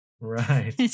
Right